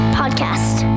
podcast